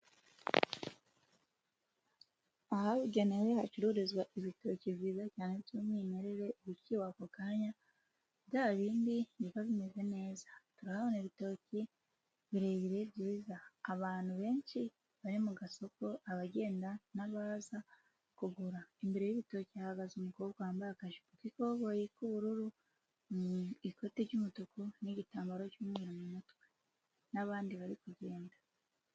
Ahabugenewe hacururizwa ibitoki byiza cyane by'umwimerere, ibiciwe ako kanya bya bindi biba bimeze neza, turahabona ibitoki birebire byiza, abantu benshi bari mu gasoko, abagenda n'abaza kugura imbere y'ibitoki hahagaze umukobwa wambaye akajipo k' ikoboyi k'ubururu, ikoti ry'umutuku n'igitambaro cy'mweru mu mutwe n'abandi bari kugenda.